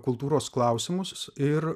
kultūros klausimus ir